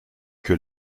que